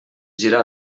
girar